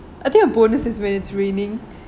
I think your bonus is when it's raining